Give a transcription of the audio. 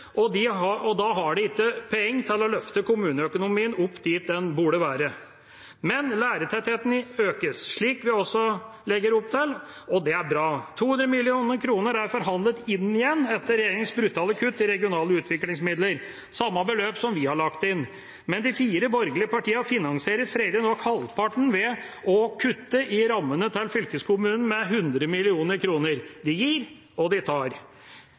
og da har de ikke penger til å løfte kommuneøkonomien opp dit den burde være. Men lærertettheten økes, slik vi også legger opp til, og det er bra. 200 mill. kr er forhandlet inn igjen etter regjeringas brutale kutt i regionale utviklingsmidler – samme beløp som vi har lagt inn. Men de fire borgerlige partiene finansierer freidig nok halvparten ved å kutte i rammene til fylkeskommunene med 100 mill. kr. De gir, og de tar.